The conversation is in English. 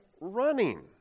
running